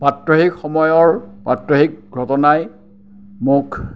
প্ৰাত্যহিক সময়ৰ প্ৰাত্যহিক ঘটনাই মোক